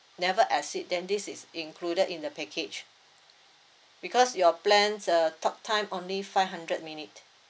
never exceed then this is included in the package because your plan uh talk time only five hundred minute